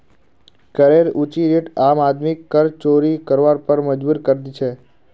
करेर ऊँची रेट आम आदमीक कर चोरी करवार पर मजबूर करे दी छे